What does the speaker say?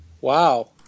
Wow